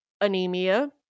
anemia